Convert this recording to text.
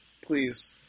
please